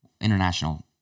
international